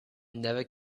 never